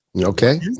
Okay